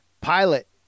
Pilot